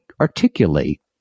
articulate